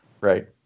right